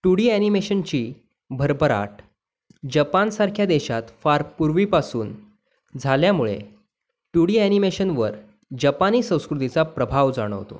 to D अॅनिमेशनची भरभराट जपानसारख्या देशात फार पूर्वीपासून झाल्यामुळे टू डी अॅनिमेशनवर जपानी संस्कृतीचा प्रभाव जाणवतो